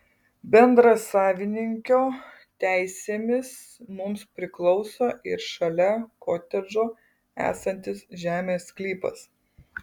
bendrasavininkio teisėmis mums priklauso ir šalia kotedžo esantis žemės sklypas